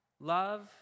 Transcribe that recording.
love